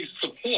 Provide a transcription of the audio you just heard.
support